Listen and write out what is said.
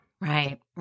Right